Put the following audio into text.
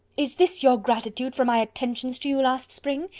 is this your gratitude for my attentions to you last spring?